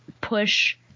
push –